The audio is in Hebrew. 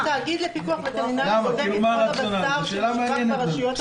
התאגיד לפיקוח וטרינרי בודק את כל הבשר שמשווק ברשויות המקומיות.